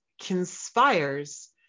conspires